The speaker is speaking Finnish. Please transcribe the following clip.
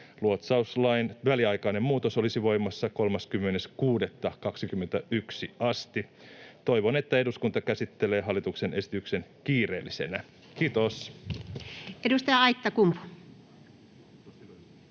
Luotsauslain väliaikainen muutos olisi voimassa 30.6.21 asti. Toivon, että eduskunta käsittelee hallituksen esityksen kiireellisenä. — Kiitos.